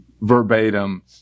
verbatim